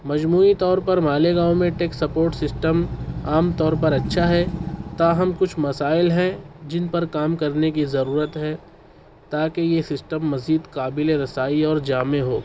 مجموعى طور پر ماليگاؤں ميں ٹيک سپورٹ سسٹم عام طور پر اچھا ہے تاہم کچھ مسائل ہیں جن پر کام کرنے کی ضرورت ہے تاکہ یہ سسٹم مزید قابل رسائی اور جامع ہو